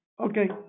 Okay